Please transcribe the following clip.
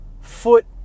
foot